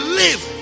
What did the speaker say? live